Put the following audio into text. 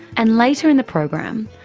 and later in the program,